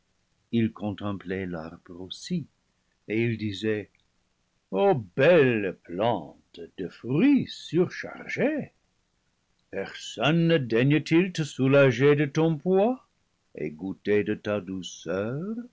il contemplait l'arbre aussi et il disait o belle plante de fruit surchargée per sonne ne daigne t il te soulager de ton poids et goûter de ta douceur